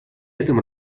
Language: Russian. этом